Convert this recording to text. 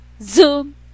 Zoom